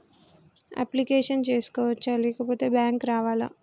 Application చేసుకోవచ్చా లేకపోతే bank రావాలా?